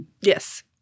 Yes